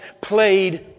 played